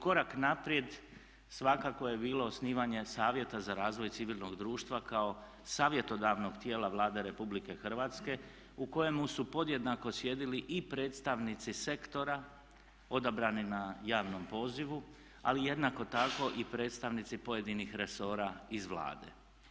Korak naprijed svakako je bilo osnivanje Savjeta za razvoj civilnog društva kao savjetodavnog tijela Vlade RH u kojemu su podjednako sjedili i predstavnici sektora odabrani na javnom pozivu ali jednako tako i predstavnici pojedinih resora iz Vlade.